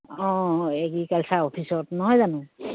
অঁ এগ্ৰিকালচাৰ অফিচত নহয় জানো